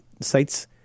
sites